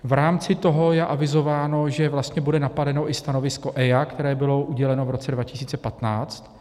V rámci toho je avizováno, že vlastně bude napadeno i stanovisko EIA, které bylo uděleno v roce 2015.